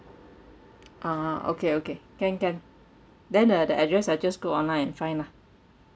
ah okay okay can can then uh the address I just go online and find lah